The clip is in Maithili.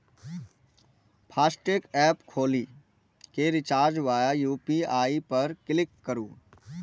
फास्टैग एप खोलि कें रिचार्ज वाया यू.पी.आई पर क्लिक करू